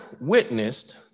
witnessed